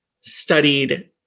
studied